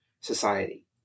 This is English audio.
society